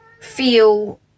feel